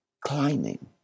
climbing